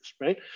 right